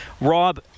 Rob